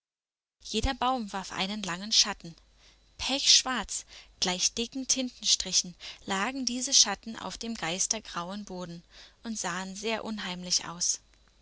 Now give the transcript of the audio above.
jeder baum warf einen langen schatten pechschwarz gleich dicken tintenstrichen lagen diese schatten auf dem geistergrauen boden und sahen sehr unheimlich aus